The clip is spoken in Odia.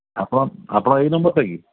ଆପଣ ଆପଣ ଏହି ନମ୍ବର୍ଟା କି